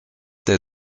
der